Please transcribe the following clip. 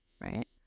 right